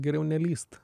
geriau nelįst